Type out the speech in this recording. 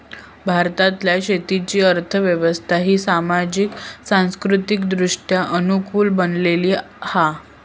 भारतातल्या शेतीची अर्थ व्यवस्था ही सामाजिक, सांस्कृतिकदृष्ट्या अनुकूल बनलेली हा